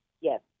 Yes